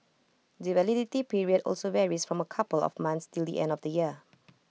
the validity period also varies from A couple of months till the end of the year